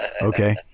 Okay